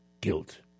guilt